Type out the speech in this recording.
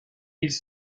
ils